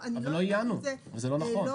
אבל לא איינו, זה לא נכון.